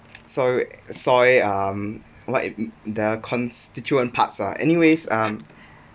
soil soil um what if there are constituent parts ah anyways um